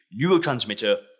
neurotransmitter